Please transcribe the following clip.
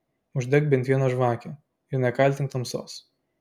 uždek bent vieną žvakę ir nekaltink tamsos